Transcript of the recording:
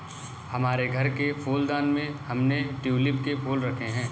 हमारे घर के फूलदान में हमने ट्यूलिप के फूल रखे हैं